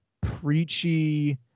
preachy